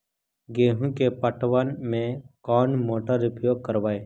गेंहू के पटवन में कौन मोटर उपयोग करवय?